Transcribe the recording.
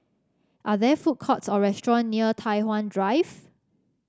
are there food courts or restaurant near Tai Hwan Drive